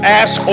ask